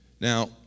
Now